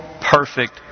perfect